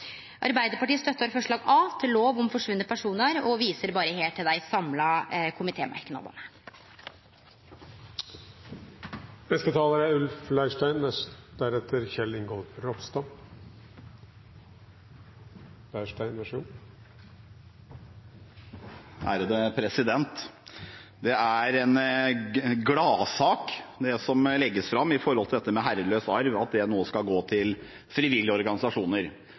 Arbeidarpartiet støttar forslag A til lov om forsvunne personar, eg viser her berre til dei samla komitémerknadene. Det er en gladsak, det som legges fram om at herreløs arv nå skal gå til